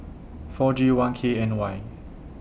four G one K N Y